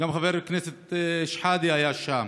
גם חבר הכנסת שחאדה היה שם,